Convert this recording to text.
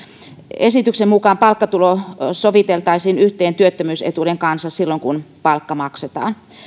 esityksen mukaan palkkatulo soviteltaisiin yhteen työttömyysetuuden kanssa silloin kun palkka maksetaan